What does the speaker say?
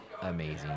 amazing